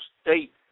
State